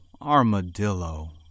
Armadillo